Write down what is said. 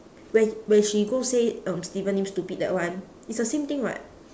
when when she go say um steven lim stupid that one it's the same thing [what]